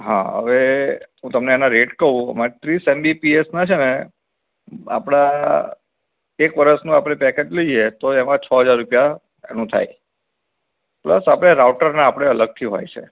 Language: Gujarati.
હા હવે હું તમને એના રેટ કઉ એમાં ત્રીસ એમ્બી પીએસમાં છેને આપળા એક વરસનો આપળે પેકેજ લઈએ તો એમાં છો હજાર રૂપિયા એનું થાય પ્લસ આપળે રાઉટરના આપળે અલગથી હોય છે